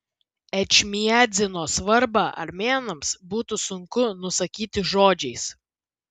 ečmiadzino svarbą armėnams būtų sunku nusakyti žodžiais